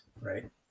Right